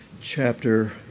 chapter